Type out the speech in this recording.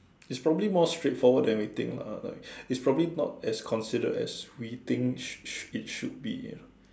it's probably more straightforward than we think lah like it's probably not as considered as we think sh~ sh~ it should be you know